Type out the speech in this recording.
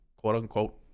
quote-unquote